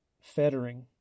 fettering